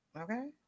Okay